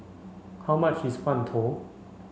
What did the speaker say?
how much is Mantou